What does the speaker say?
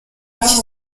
iki